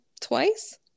twice